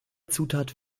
zutat